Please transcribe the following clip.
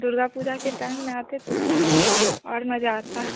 दुर्गा पूजा के टाइम में आती तो थोड़ा और मज़ा आता